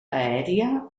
aèria